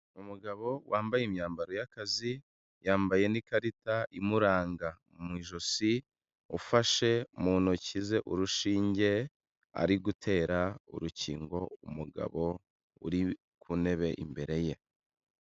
Umugabo wambaye imyambaro y'akazi, yambaye n'ikarita imuranga mu ijosi, ufashe mu ntoki ze urushinge ari gutera urukingo umugabo uri ku ntebe imbere ye.